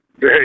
hey